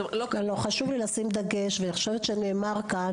חשוב לי לשים דגש ואני חושבת שנאמר כאן